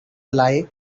lie